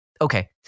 okay